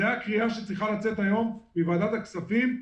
זו הקריאה שצריכה לצאת היום מוועדת הכספים.